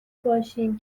باشیم